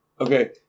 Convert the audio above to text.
Okay